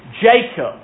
Jacob